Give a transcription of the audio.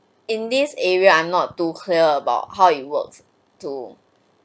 in this area I'm not to clear about how it works to